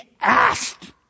asked